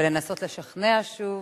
ולנסות לשכנע שוב,